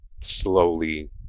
slowly